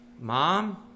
Mom